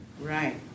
Right